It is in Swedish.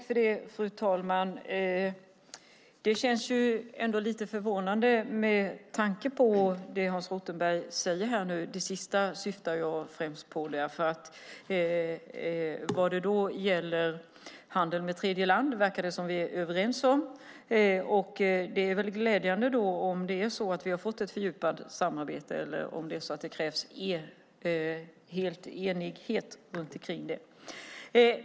Fru talman! Det känns ändå lite förvånande med tanke på det Hans Rothenberg säger här. Det sista som syftar på handeln med tredjeland verkar vi vara överens om. Det är glädjande om det är så att vi har fått ett fördjupat samarbete eller om det är så att det krävs enighet om det.